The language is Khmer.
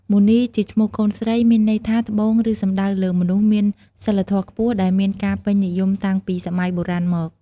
មុនីជាឈ្មោះកូនស្រី មានន័យថា ត្បូង ឬសំដៅលើ មនុស្សមានសីលធម៌ខ្ពស់ ដែលមានការពេញនិយមតាំងពីសម័យបុរាណមក។